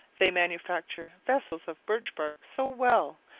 they manufacture vessels of birch-bark so well,